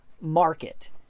market